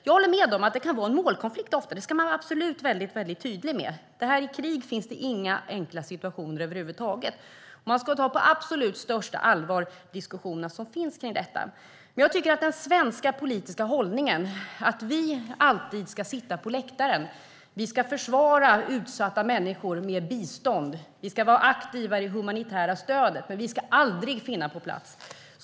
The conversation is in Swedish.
Jag håller med om att det ofta kan vara en målkonflikt; det ska man absolut vara tydlig med. I krig finns det inga enkla situationer över huvud taget. Man ska ta diskussionerna om detta på absolut största allvar. Men jag håller inte med om den svenska politiska hållningen, att vi alltid ska sitta på läktaren och försvara utsatta människor med bistånd och vara aktiva i det humanitära stödet men aldrig finnas på plats.